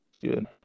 Good